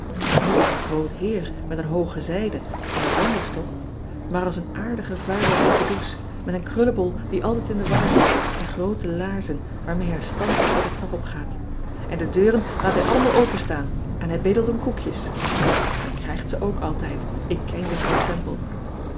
iet als een groot beer met een hoogen zijden en een wandelstok maar als een aardige vuile robbedoes met een krullebol die altijd in de war zit en groote laarzen waarmee hij stampt als hij de trap opgaat n de deuren laat hij allemaal open staan en hij bedelt om koekjes n krijgt ze ook altijd ik ken uffrouw emple et